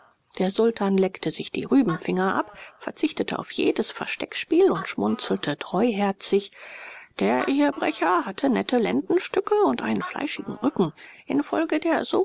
der sultan leckte sich die rübenfinger ab verzichtete auf jedes versteckspiel und schmunzelte treuherzig der ehebrecher hatte nette lendenstücke und einen fleischigen rücken infolge der